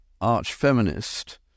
arch-feminist